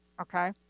okay